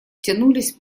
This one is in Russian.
тянулись